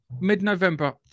mid-November